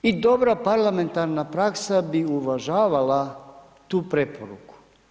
I dobra parlamentarna praksa bi uvažavala tu preporuku.